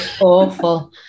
Awful